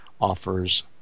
offers